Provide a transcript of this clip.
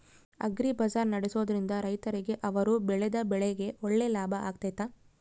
Agri bazaar ನಡೆಸ್ದೊರಿಂದ ರೈತರಿಗೆ ಅವರು ಬೆಳೆದ ಬೆಳೆಗೆ ಒಳ್ಳೆ ಲಾಭ ಆಗ್ತೈತಾ?